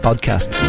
Podcast